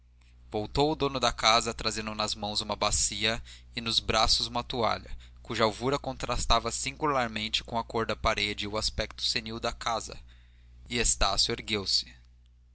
voltou o dono da casa trazendo nas mãos uma bacia e nos braços uma toalha cuja alvura contrastava singularmente com a cor da parede e o aspecto senil da casa estácio ergueu-se